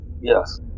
Yes